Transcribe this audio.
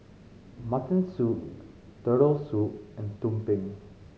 mutton soup Turtle Soup and tumpeng